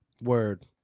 Word